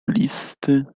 listy